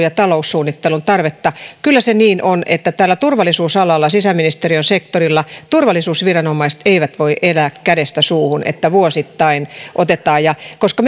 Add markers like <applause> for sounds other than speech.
<unintelligible> ja taloussuunnittelun tarvetta kyllä se niin on että täällä turvallisuusalalla sisäministeriön sektorilla turvallisuusviranomaiset eivät voi elää kädestä suuhun niin että vuosittain otetaan koska <unintelligible>